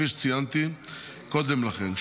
כפי שציינתי קודם לכן,